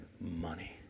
money